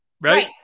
right